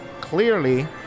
clearly